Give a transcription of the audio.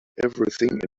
everything